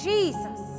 Jesus